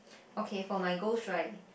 okay for my ghost right